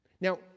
Now